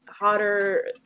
hotter